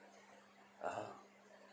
(uh huh)